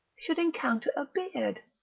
should encounter a beard.